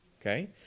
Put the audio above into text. Okay